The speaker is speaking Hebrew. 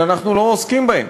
שאנחנו לא עוסקים בהן.